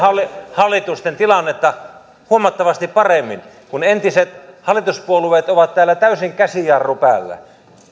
hallitusten tilannetta huomattavasti paremmin kun entiset hallituspuolueet ovat täällä täysin käsijarru päällä